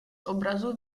obrazu